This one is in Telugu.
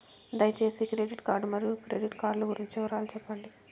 దయసేసి క్రెడిట్ కార్డు మరియు క్రెడిట్ కార్డు లు గురించి వివరాలు సెప్పండి?